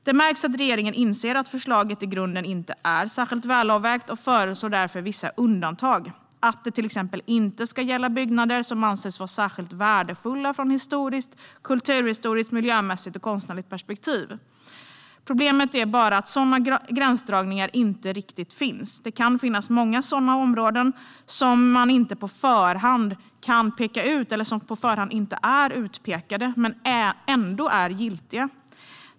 Det märks att regeringen inser att förslaget i grunden inte är särskilt välavvägt, och man förslår därför vissa undantag - att det till exempel inte ska gälla byggnader som anses vara särskilt värdefulla i ett historiskt, kulturhistoriskt, miljömässigt och konstnärligt perspektiv. Problemet är bara att sådana gränsdragningar inte riktigt finns. Det kan finnas många sådana områden som inte är utpekade på förhand men som ändå är giltiga.